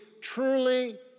truly